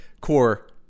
core